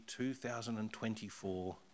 2024